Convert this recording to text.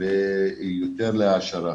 והיא יותר להעשרה.